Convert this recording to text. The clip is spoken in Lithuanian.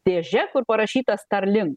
dėže kur parašyta starlin